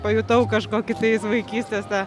pajutau kažkokį tais vaikystės tą